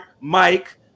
Mike